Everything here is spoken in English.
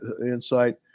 insight